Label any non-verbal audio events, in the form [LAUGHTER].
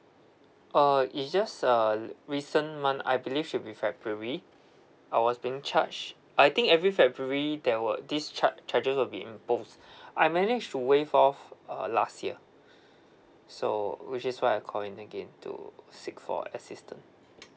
oh it's just uh recent month I believe should be february I was being charge I think every february there were this charg~ charges will be imposed [BREATH] I manage to waive off uh last year [BREATH] so which is why I call in again to seek for assistant